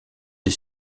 des